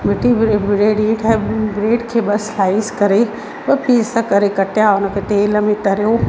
मिठी bread bread हीअं ठाइबूं ब्रेड खे बसि स्लाइस करे ॿ पीस करे कटिया उन खे तेल में तरूं